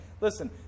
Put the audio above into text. listen